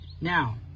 Now